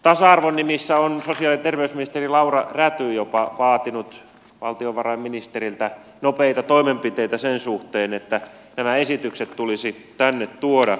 tasa arvon nimissä on sosiaali ja terveysministeri laura räty jopa vaatinut valtiovarainministeriltä nopeita toimenpiteitä sen suhteen että nämä esitykset tulisi tänne tuoda